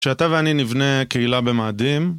כשאתה ואני נבנה קהילה במאדים